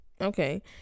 okay